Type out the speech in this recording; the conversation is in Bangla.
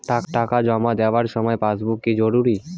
টাকা জমা দেবার সময় পাসবুক কি জরুরি?